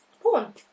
Porn